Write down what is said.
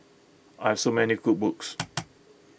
I have so many cookbooks